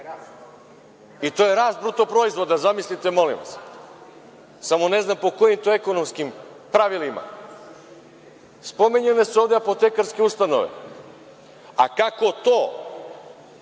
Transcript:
To je rast BDP, zamislite molim vas. Samo ne znam po kojim to ekonomskim pravilima. Spominjane su ovde apotekarske ustanove. A kako to